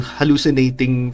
hallucinating